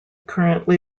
currently